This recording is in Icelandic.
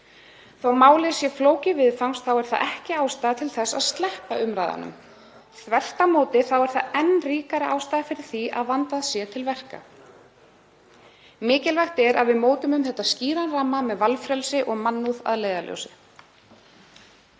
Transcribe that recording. að málið sé flókið viðfangs er það ekki ástæða til þess að sleppa umræðunum. Þvert á móti er það enn ríkari ástæða fyrir því að vandað sé til verka. Mikilvægt er að við mótum um þetta skýran ramma með valfrelsi og mannúð að leiðarljósi.